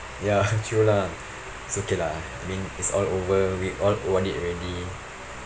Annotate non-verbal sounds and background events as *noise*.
ya *laughs* true lah it's okay lah I mean it's all over we O_R_Ded already